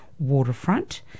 Waterfront